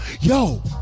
Yo